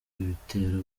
ibitero